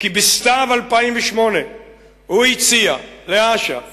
כי בסתיו 2008 הוא הציע לאש"ף